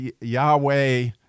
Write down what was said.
Yahweh